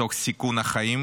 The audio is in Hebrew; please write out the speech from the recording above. תוך סיכון החיים,